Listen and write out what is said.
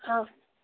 অঁ